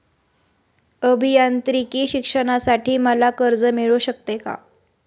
अभियांत्रिकी शिक्षणासाठी मला कर्ज मिळू शकते का?